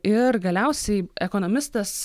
ir galiausiai ekonomistas